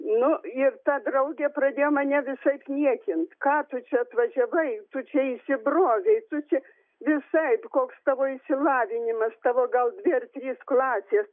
nu ir ta draugė pradėjo mane visaip niekint ką tu čia atvažiavai tu čia įsibrovei tu čia visaip koks tavo išsilavinimas tavo gal dvi ar trys klasės